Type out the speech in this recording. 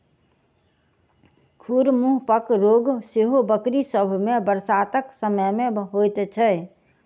खुर मुँहपक रोग सेहो बकरी सभ मे बरसातक समय मे होइत छै